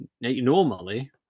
normally